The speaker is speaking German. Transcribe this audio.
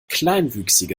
kleinwüchsige